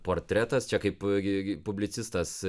portretas čia kaip gi gi publicistas